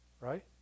right